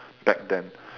back then